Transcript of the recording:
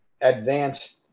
advanced